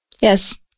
yes